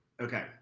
Okay